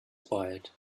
quiet